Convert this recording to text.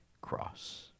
cross